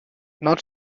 not